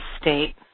state